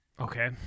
Okay